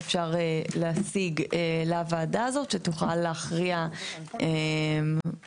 אפשר יהיה להשיג לוועדה הזאת שתוכל להכריע בדבר.